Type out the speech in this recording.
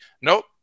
nope